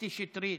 קטי שטרית,